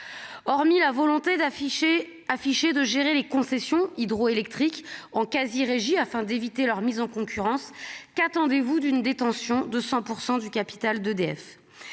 hormis la volonté d'afficher afficher de gérer les concessions hydroélectriques en quasi-régie afin d'éviter leur mise en concurrence, qu'attendez-vous d'une détention de 5 % du capital d'EDF,